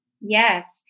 Yes